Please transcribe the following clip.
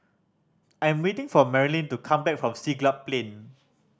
I' m waiting for Marilyn to come back from Siglap Plain